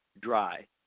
dry